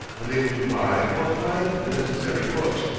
unable to buy or find the necessary books,